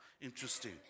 interesting